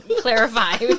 clarify